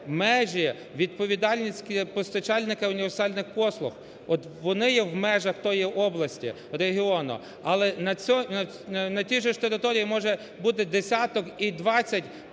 межі відповідальницькі постачальника універсальних послуг. От вони є в межах тої області, регіону. Але на тій же ж території може бути десяток і двадцять